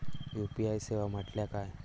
UPI सेवा म्हटल्या काय?